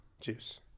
juice